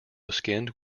skinned